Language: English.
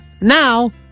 Now